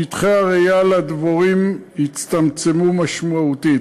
שטחי הרעייה לדבורים הצטמצמו משמעותית.